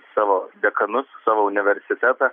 savo dekanus savo universitetą